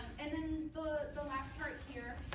and then the the last part, here,